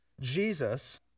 Jesus